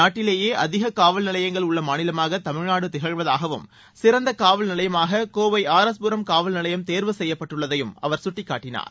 நாட்டிலேயே அதிக காவல் நிலையங்கள் உள்ள மாநிலமாக தமிழ்நாடு திகழ்வதாகவும் சிறந்த காவல் நிலையமாக கோவை ஆர் எஸ் புரம் காவல் நிலையம் தேர்வு செய்யப்பட்டுள்ளதையும் அவர் கட்டிக்காட்டினார்